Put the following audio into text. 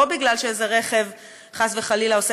לא בגלל שזה שאיזה רכב חס וחלילה עושה